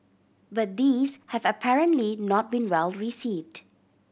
but these have apparently not been well received